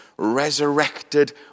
Resurrected